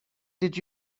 did